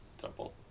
temple